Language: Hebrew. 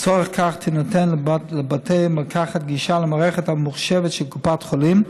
לצורך זה תינתן לבתי המרקחת גישה למערכת הממוחשבת של קופת חולים,